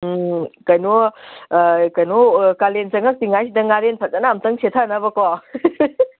ꯀꯩꯅꯣ ꯀꯩꯅꯣ ꯀꯥꯂꯦꯟ ꯆꯪꯉꯛꯇ꯭ꯔꯤꯉꯩꯁꯤꯗ ꯉꯥꯔꯦꯟ ꯑꯃꯇꯪ ꯐꯖꯅ ꯁꯦꯠꯊꯅꯕꯀꯣ